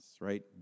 right